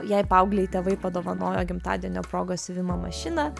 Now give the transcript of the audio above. jai paauglei tėvai padovanojo gimtadienio proga siuvimo mašiną